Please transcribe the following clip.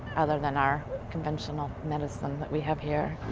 other than our conventional medicine that we have here.